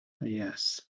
Yes